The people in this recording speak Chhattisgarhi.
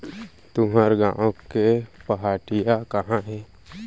तुंहर गॉँव के पहाटिया कहॉं हे?